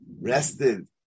rested